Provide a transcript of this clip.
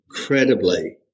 incredibly